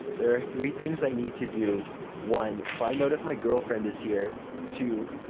there are three things i need to do one. find out if my girlfriend is here two.